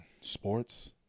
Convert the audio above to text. sports